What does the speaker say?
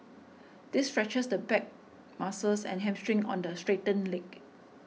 this stretches the back muscles and hamstring on the straightened leg